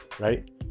right